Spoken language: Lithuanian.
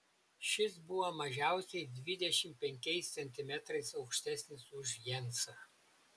šis buvo mažiausiai dvidešimt penkiais centimetrais aukštesnis už jensą